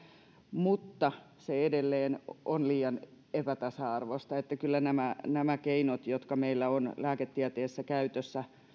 mutta se on edelleen liian epätasa arvoista että kyllä nämä nämä keinot jotka meillä ovat lääketieteessä käytössä